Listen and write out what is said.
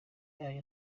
yayo